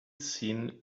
seen